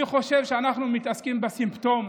אני חושב שאנחנו מתעסקים בסימפטום,